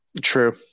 True